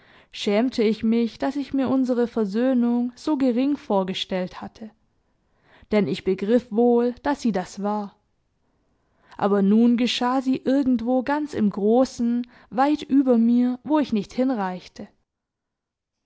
schämte ich mich daß ich mir unsere versöhnung so gering vorgestellt hatte denn ich begriff wohl daß sie das war aber nun geschah sie irgendwo ganz im großen weit über mir wo ich nicht hinreichte